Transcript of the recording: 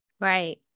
right